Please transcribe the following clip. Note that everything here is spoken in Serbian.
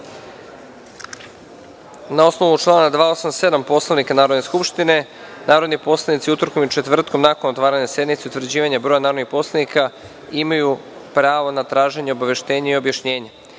osnovu člana 287. Poslovnika Narodne skupštine, narodni poslanici utorkom i četvrtkom nakon otvaranje sednice i utvrđivanje broja narodnih poslanika imaju pravo na traženje obaveštenja i objašnjenja. Da